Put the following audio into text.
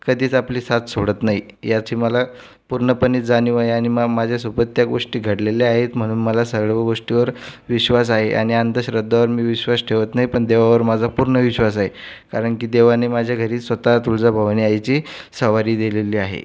कधीच आपली साथ सोडत नाही याची मला पूर्णपणे जाणीव आहे आणि मा माझ्यासोबत त्या गोष्टी घडलेल्या आहेत म्हणून मला सगळ्या गोष्टीवर विश्वास आहे आणि अंधश्रद्धावर मी विश्वास ठेवत नाही पण देवावर माझा पूर्ण विश्वास आहे कारण की देवाने माझ्या घरी स्वतः तुळजाभवानी आईची सवारी दिलेली आहे